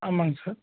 ஆமாங்க சார்